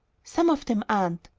some of them aren't.